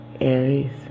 Aries